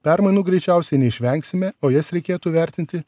permainų greičiausiai neišvengsime o jas reikėtų vertinti